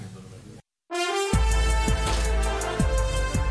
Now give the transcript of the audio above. חרבות ברזל) (מצב חירום כליאתי),